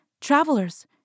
travelers